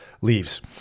leaves